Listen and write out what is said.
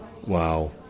wow